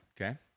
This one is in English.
Okay